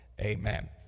Amen